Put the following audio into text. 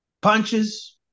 Punches